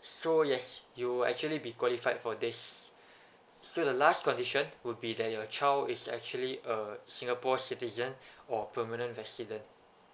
so yes you will actually be qualified for this so the last condition would be that your child is actually uh singapore citizen or permanent resident